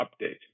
update